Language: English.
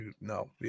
no